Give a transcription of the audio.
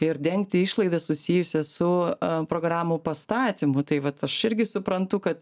ir dengti išlaidas susijusias su programų pastatymu tai vat aš irgi suprantu kad